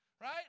Right